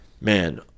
Man